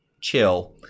chill